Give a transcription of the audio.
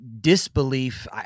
Disbelief